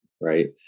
Right